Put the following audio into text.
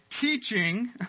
teaching